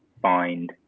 bind